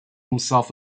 himself